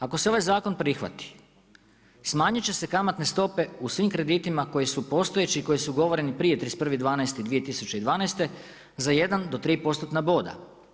Ako se ovaj zakon prihvati smanjiti će se kamatne stope u svim kreditima koji su postojeći i koji su ugovoreni prije 31. 12. 2012. za jedan do 3%-tna boda.